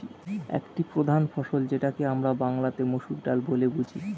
একটি প্রধান ফসল যেটাকে আমরা বাংলাতে মসুর ডাল বলে বুঝি